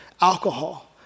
Alcohol